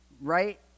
right